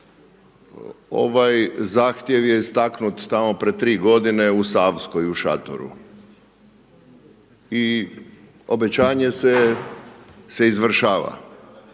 Ovaj zahtjev je istaknut tamo pred tri godine u Savskoj u šatoru i obećanje se izvršava.